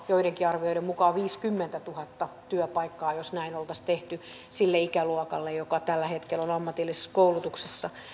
joidenkin arvioiden mukaan jopa viisikymmentätuhatta työpaikkaa jos näin oltaisi tehty sille ikäluokalle joka tällä hetkellä on ammatillisessa koulutuksessa